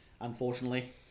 unfortunately